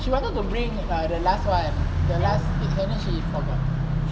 she wanted to bring err the last one and then she forgot